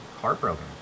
heartbroken